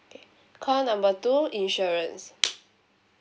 call number two insurance